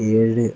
ഏഴ്